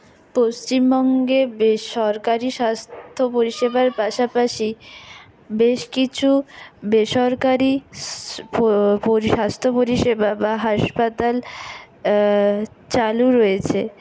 পশ্চিমবঙ্গে বেসরকারি স্বাস্থ্য পরিষেবার পাশাপাশি বেশ কিছু বেসরকারি স্বাস্থ্য পরিষেবা বা হাসপাতাল চালু রয়েছে